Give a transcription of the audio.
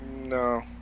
No